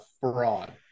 fraud